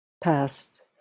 past